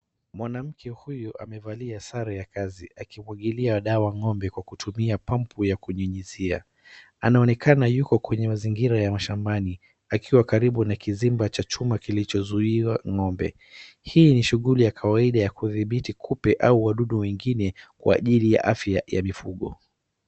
Mwanamke huyu amevalia sare ya kazi akimwagilia dawa ng'ombe kwa kutumia pump ya kunyunyuzia. Anaonekana yuko kwenye mazingira ya mashambani akiwa karibu na kizimba cha chuma kilichozuia ng'ombe. Hii ni shughuli ya kawaida ya kudhibiti kupe au wadudu wengine kwa ajili ya afya ya mifugo.